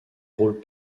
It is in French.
rôles